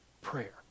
prayer